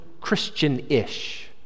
Christian-ish